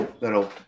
that'll